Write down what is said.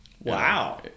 wow